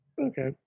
Okay